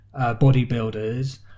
bodybuilders